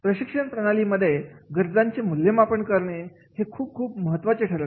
प्रशिक्षण प्रणालीमध्ये गरजांचे मूल्यांकन करणे हे खूप खूप महत्त्वाचे ठरत आहे